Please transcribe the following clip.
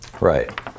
Right